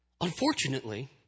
unfortunately